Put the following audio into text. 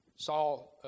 Saul